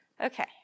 Okay